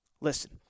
listen